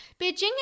Beijing